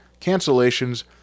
cancellations